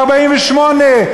ב-1948,